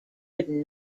could